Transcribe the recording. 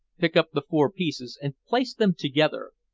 pick up the four pieces and place them together,